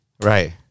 right